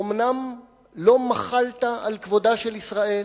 אומנם לא מחלת על כבודה של ישראל